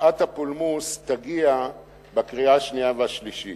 שעת הפולמוס תגיע בקריאה השנייה והשלישית,